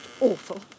awful